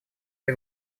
для